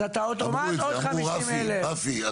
אז אתה אוטומט עוד 50,000. רפי,